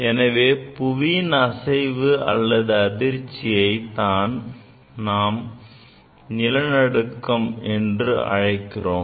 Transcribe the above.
எனவே புவியின் அசைவு அல்லது அதிர்ச்சியை தான் நாம் நிலநடுக்கம் என்று அழைக்கிறோம்